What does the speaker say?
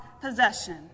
possession